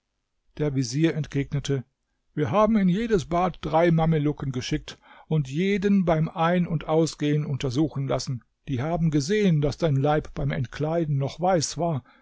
der vezier entgegnete wir haben in jedes bad drei mamelucken geschickt und jeden beim ein und ausgehen untersuchen lassen die haben gesehen daß dein leib beim entkleiden noch weiß war